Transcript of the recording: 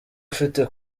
ufite